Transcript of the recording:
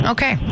Okay